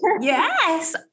Yes